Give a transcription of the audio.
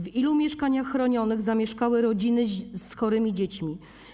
W ilu mieszkaniach chronionych zamieszkały rodziny z chorymi dziećmi?